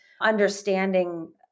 understanding